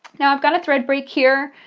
now i've got a thread break here.